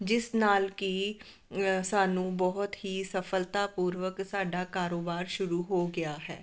ਜਿਸ ਨਾਲ ਕਿ ਸਾਨੂੰ ਬਹੁਤ ਹੀ ਸਫਲਤਾ ਪੂਰਵਕ ਸਾਡਾ ਕਾਰੋਬਾਰ ਸ਼ੁਰੂ ਹੋ ਗਿਆ ਹੈ